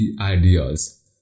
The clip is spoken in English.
ideas